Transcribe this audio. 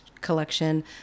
collection